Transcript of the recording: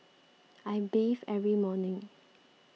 I bathe every morning